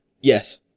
Yes